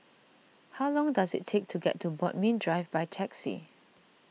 how long does it take to get to Bodmin Drive by taxi